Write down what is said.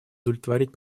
удовлетворять